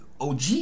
OG